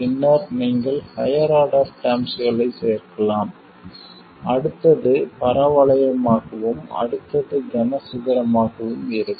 பின்னர் நீங்கள் higher order டெர்ம்ஸ்களைச் சேர்க்கலாம் அடுத்தது பரவளையமாகவும் அடுத்தது கனசதுரமாகவும் இருக்கும்